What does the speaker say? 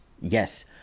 yes